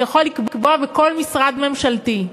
שיכול לקבוע בכל משרד ממשלתי.